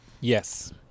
Yes